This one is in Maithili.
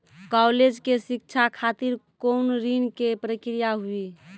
कालेज के शिक्षा खातिर कौन ऋण के प्रक्रिया हुई?